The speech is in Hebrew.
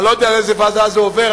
אני לא יודע לאיזו ועדה זה עובר,